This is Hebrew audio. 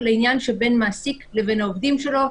לעניין שבין מעסיק לבין העובדים שלו,